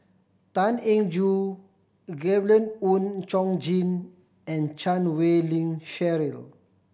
Tan Eng Joo Gabriel Oon Chong Jin and Chan Wei Ling Cheryl